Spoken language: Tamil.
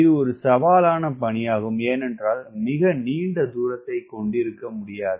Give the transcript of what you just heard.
இது ஒரு சவாலான பணியாகும் ஏனென்றால் மிக நீண்ட தூரத்தை கொண்டிருக்க முடியாது